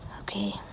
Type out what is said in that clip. Okay